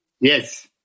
Yes